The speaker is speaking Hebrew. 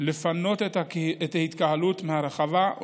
לפנות את ההתקהלות מהרחבה,